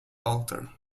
altar